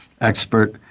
expert